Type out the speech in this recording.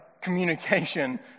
communication